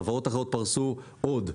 חברות אחרות פרסו עוד.